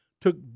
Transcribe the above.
took